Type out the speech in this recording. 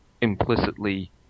implicitly